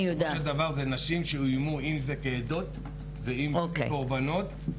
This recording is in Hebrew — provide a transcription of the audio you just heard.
אלה נשים שאויימו אם זה כעדות, ואם כקורבנות.